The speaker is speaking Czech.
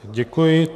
Děkuji.